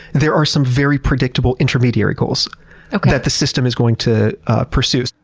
there are some very predictable intermediary goals that the system is going to pursue.